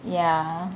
ya